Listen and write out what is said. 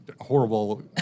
horrible